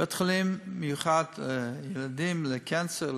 בית-חולים לילדים חולי סרטן,